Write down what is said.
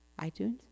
iTunes